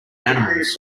animals